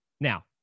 now